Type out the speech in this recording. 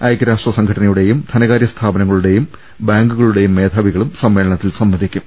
ഐക്യരാഷ്ട്ര സംഘടനയുടെയും ധനകാര്യ സ്ഥാപനങ്ങളുടെയും ബാങ്കുകളുടെയും മേധാവികളും സമ്മേളനത്തിൽ സംബ ന്ധിക്കും